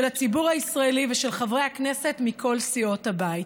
הציבור הישראלי ושל חברי הכנסת מכל סיעות הבית.